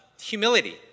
humility